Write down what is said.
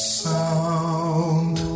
sound